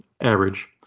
average